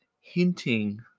hinting